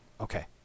Okay